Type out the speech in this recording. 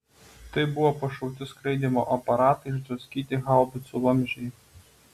tai buvo pašauti skraidymo aparatai išdraskyti haubicų vamzdžiai